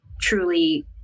truly